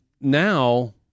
now